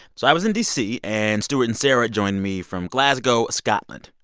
so i was in d c, and stuart and sarah joined me from glasgow, scotland.